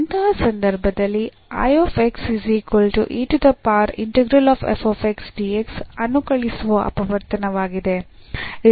ಅಂತಹ ಸಂದರ್ಭದಲ್ಲಿ ಅನುಕಲಿಸುವ ಅಪವರ್ತನವಾಗಿದೆ